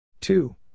two